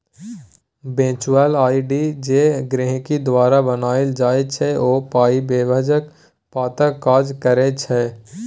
virtual ID जे गहिंकी द्वारा बनाएल जाइ छै ओ पाइ भेजबाक पताक काज करै छै